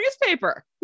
newspaper